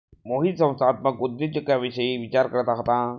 मोहित संस्थात्मक उद्योजकतेविषयी विचार करत होता